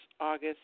August